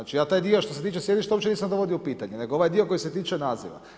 A taj dio što se tiče sjedišta uopće nisam dovodio u pitanje, nego ovaj dio koji se tiče naziva.